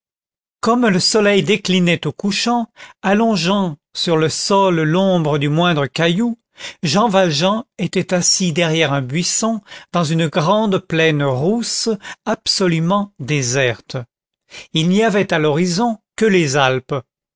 comme le soleil déclinait au couchant allongeant sur le sol l'ombre du moindre caillou jean valjean était assis derrière un buisson dans une grande plaine rousse absolument déserte il n'y avait à l'horizon que les alpes